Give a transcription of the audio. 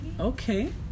Okay